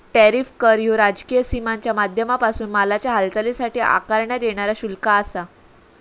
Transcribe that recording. tariff कर ह्यो राजकीय सीमांच्या माध्यमांपासून मालाच्या हालचालीसाठी आकारण्यात येणारा शुल्क आसा